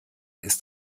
ist